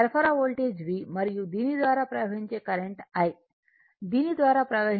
సరఫరా voltage V మరియు దీని ద్వారా ప్రవహించే కరెంట్ I దీని ద్వారా ప్రవహించే కరెంట్